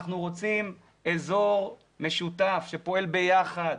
אנחנו רוצים אזור משותף שפועל ביחד,